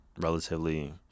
Relatively